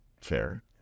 fair